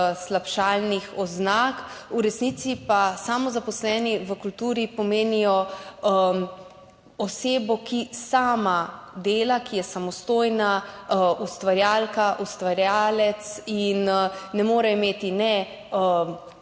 slabšalnih oznak. V resnici pa samozaposleni v kulturi pomenijo osebo, ki sama dela, ki je samostojna ustvarjalka, ustvarjalec in ne more imeti naprej